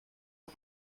aux